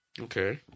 Okay